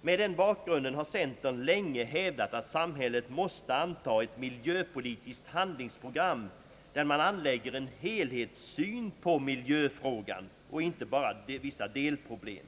Med denna bakgrund har centern länge hävdat att samhället måste anta ett miljöpolitiskt handlingsprogram, där man anlägger en helhetssyn på miljöfrågan och inte bara angriper vissa delproblem.